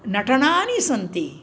नटनानि सन्ति